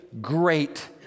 great